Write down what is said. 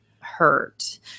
hurt